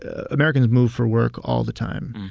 ah americans move for work all the time.